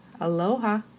Aloha